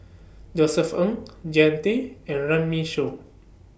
Josef Ng Jean Tay and Runme Shaw